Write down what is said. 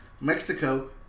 Mexico